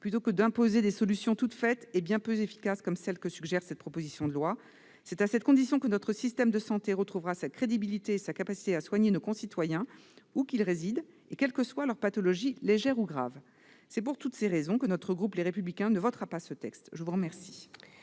plutôt que d'imposer des solutions toutes faites et bien peu efficaces comme celle que comporte cette proposition de loi ! C'est à cette condition que notre système de santé retrouvera sa crédibilité et sa capacité à soigner nos concitoyens, où qu'ils résident et quelles que soient leurs pathologies, légères ou graves. Pour les raisons que j'ai exposées, le groupe Les Républicains ne votera pas ce texte. La parole